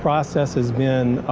process has been